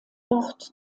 wort